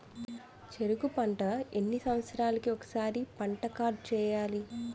చెరుకు పంట ఎన్ని సంవత్సరాలకి ఒక్కసారి పంట కార్డ్ చెయ్యాలి?